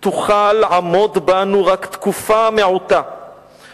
/ תוכל עמוד בנו רק תקופה מעוטה,